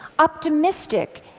optimistic,